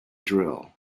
drill